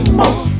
more